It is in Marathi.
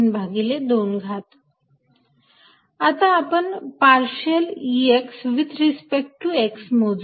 Exxyz14π0qz zx x2y y2z z232 आता आपण partial Ex with respect to x मोजुया